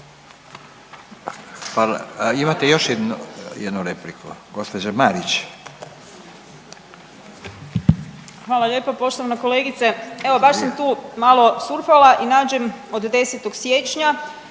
Hvala. Imate još jednu repliku. Gospođa Marić. **Marić, Andreja (SDP)** Hvala lijepa. Poštovana kolegice, evo baš sam tu malo surfala i nađem od 10. siječnja